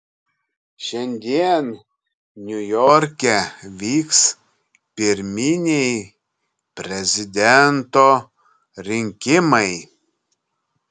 šiandien niujorke vyks pirminiai prezidento rinkimai